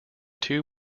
two